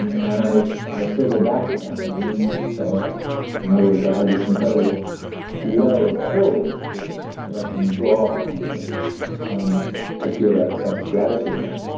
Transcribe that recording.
and and i i still go back to that when i need to. so in other words, i have this incredible well of horrible experiences that i can draw on to um to feel that sense of gratitude again.